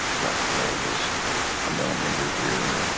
but for just a millimeter here,